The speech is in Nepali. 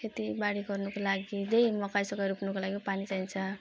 खेतीबाडी गर्नुको लागि मकै सकै रोप्नुको लागि पनि पानी चाहिन्छ